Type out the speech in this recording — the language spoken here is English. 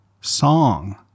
song